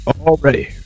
Already